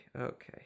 Okay